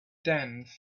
tenth